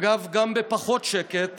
אגב, גם בפחות שקט